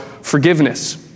forgiveness